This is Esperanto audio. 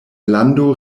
lando